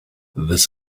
this